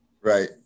Right